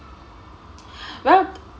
well